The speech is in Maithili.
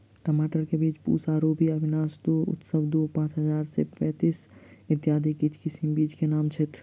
टमाटर केँ बीज पूसा रूबी, अविनाश दु, उत्सव दु हजार पांच सै पैतीस, इत्यादि किछ किसिम बीज केँ नाम छैथ?